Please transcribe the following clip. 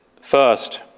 First